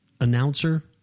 announcer